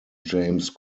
james